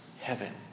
heaven